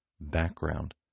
background